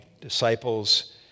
disciples